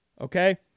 Okay